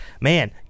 Man